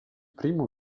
primo